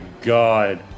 God